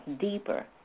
deeper